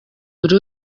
buri